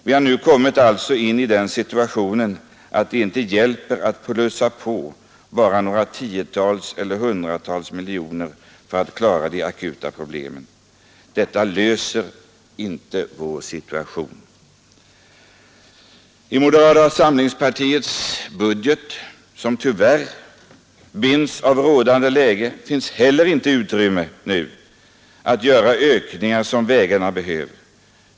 Vi har alltså nu kommit in i den situationen att det inte hjälper att plussa på bara några tiotal eller hundratal miljoner för att lösa de akuta problemen. På det sättet klarar vi inte vår situation. I moderata samlingspartiets budget, som tyvärr binds av rådande läge, finns heller inte utrymme för att nu göra de ökningar som våra vägar behöver.